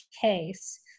case